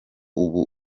ubu